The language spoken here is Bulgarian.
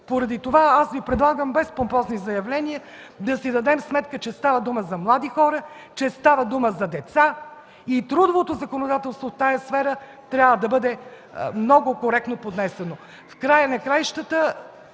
Поради това Ви предлагам без помпозни заявления да си дадем сметка, че става дума, за млади хора, че става дума за деца и трудовото законодателство в тази сфера трябва да бъде много коректно поднесено. В края на краищата,